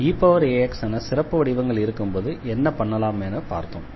eax என சிறப்பு வடிவங்கள் இருக்கும்போது என்ன பண்ணலாம் என பார்த்தோம்